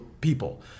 people